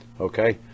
Okay